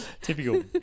Typical